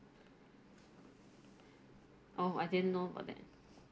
oh I didn't know about that